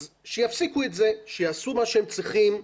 אז שיפסיקו את זה, שיעשו מה שהם צריכים,